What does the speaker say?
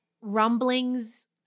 rumblings